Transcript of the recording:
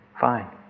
Fine